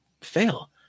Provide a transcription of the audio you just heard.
fail